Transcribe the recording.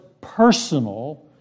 personal